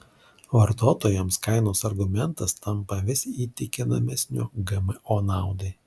vartotojams kainos argumentas tampa vis įtikinamesniu gmo naudai